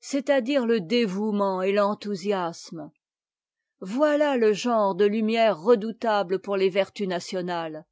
c'est-à-dire le dévouement et l'enthousiasme voilà le genre de lumières redoutable pour les vertus nationales